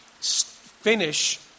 finish